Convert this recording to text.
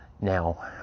now